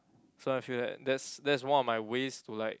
so I feel that that's that's one of my ways to like